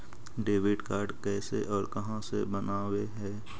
Debit card कैसे और कहां से बनाबे है?